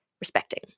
respecting